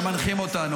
שמנחים אותנו,